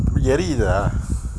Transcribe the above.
எரியுதா:yeriyuthaa